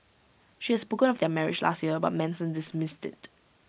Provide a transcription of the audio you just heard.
she had spoken of their marriage last year but Manson dismissed IT